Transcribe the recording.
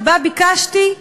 שבה ביקשתי,